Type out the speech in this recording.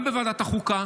גם בוועדת החוקה.